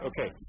Okay